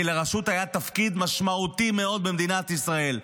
כי לרשות היה תפקיד משמעותי מאוד במדינת ישראל.